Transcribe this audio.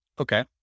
Okay